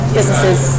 businesses